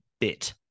bit